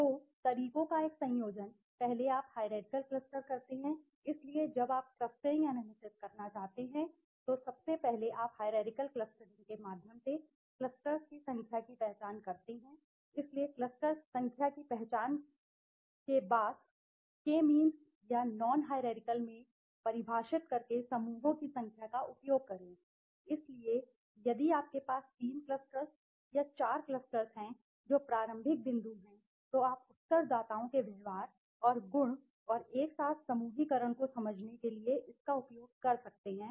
तो तरीकों का एक संयोजन पहले आप हाईरारकिअल क्लस्टर करते हैं इसलिए जब आप क्लस्टरिंग एनालिसिस करना चाहते हैं तो सबसे पहले आप हाईरारकिअल क्लस्टरिंग के माध्यम से क्लस्टर्स की संख्या की पहचान करते हैं इसलिए क्लस्टर्स की संख्या की पहचान की उसके बाद और उसके बाद k मीन्स या नॉन हाईरारकिअल में परिभाषित करके समूहों की संख्या का उपयोग करें इसलिए यदि आपके पास 3 क्लस्टर्स या 4 क्लस्टर्स हैं जो प्रारंभिक बिंदु है तो आप उत्तरदाताओं के व्यवहार और गुण और एक साथ समूहीकरण को समझने के लिए इसका उपयोग कर सकते हैं